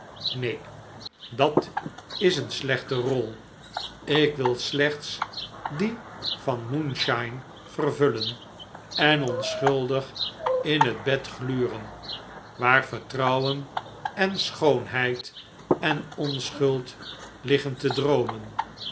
neen dat is een slechte rol ik wil slechts die van moonshine vervullen en onschuldig in het bed gluren waar vertrouwen en schoonheid en onschuld liggen te droomen